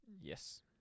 Yes